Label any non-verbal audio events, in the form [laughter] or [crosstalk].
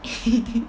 [laughs]